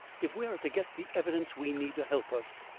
if we are to get the evidence we need to help us.